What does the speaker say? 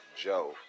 Joe